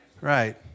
Right